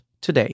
today